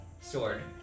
sword